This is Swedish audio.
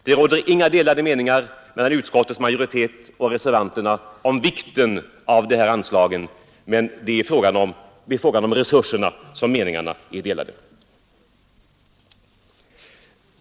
Det råder inga delade meningar mellan utskottets majoritet och reservanterna om vikten av de här anslagen — det är i fråga om resurserna som meningarna är delade.